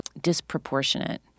disproportionate